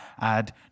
add